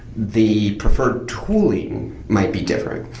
the preferred tooling might be different.